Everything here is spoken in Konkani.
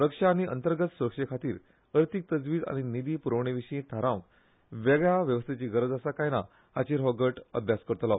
रक्षा आनी अंतर्गत सुरक्षे खातीर अर्थीक तजवीज आनी निधी पूरवणे विशीं थारावंक वेगळ्या वेवस्थेची गरज आसा काय हाचेर हो गट अभ्यास करतलो